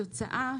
התוצאה,